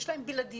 יש להם בלעדיות.